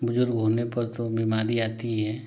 बुज़ुर्ग होने पर तो बीमारी आती ही है